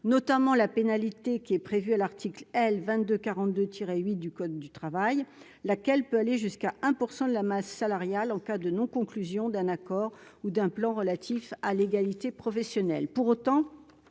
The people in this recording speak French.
notamment la pénalité qui est prévu à l'article L. 22 42 tiré 8 du code du travail, laquelle peut aller jusqu'à 1 % de la masse salariale en cas de non-conclusion d'un accord ou d'un plan relatif à l'égalité professionnelle pour autant